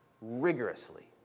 rigorously